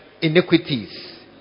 iniquities